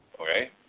okay